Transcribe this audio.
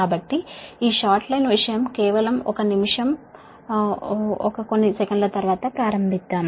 కాబట్టి ఈ short line విషయం కేవలం ఒక నిమిషం 1 కొన్ని సెకన్ల తర్వాత ప్రారంభిద్దాం